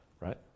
right